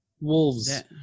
Wolves